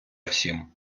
всім